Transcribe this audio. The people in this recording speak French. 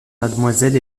mademoiselle